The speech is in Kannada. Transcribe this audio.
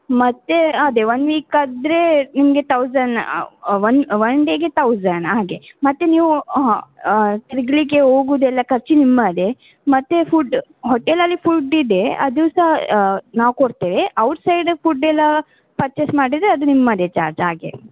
ಮತ್ತು ಅದೇ ಒನ್ ವೀಕ್ ಆದರೆ ನಿಮಗೆ ತೌಸಂಡ್ ಒನ್ ಒನ್ ಡೇಗೆ ತೌಸಂಡ್ ಹಾಗೆ ಮತ್ತು ನೀವು ಹಾಂ ಹಾಂ ತಿರ್ಗಲಿಕ್ಕೆ ಹೋಗುದೆಲ್ಲ ಖರ್ಚ್ ನಿಮ್ಮದೆ ಮತ್ತು ಫುಡ್ ಹೋಟೆಲಲ್ಲಿ ಫುಡ್ ಇದೇ ಅದು ಸಹ ನಾವು ಕೊಡ್ತೇವೆ ಔಟ್ಸೈಡ್ ಫುಡ್ ಎಲ್ಲಾ ಪರ್ಚೇಸ್ ಮಾಡಿದರೆ ಅದು ನಿಮ್ಮದೆ ಚಾರ್ಜ್ ಹಾಗೆ